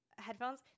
headphones